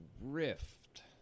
rift